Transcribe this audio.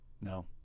No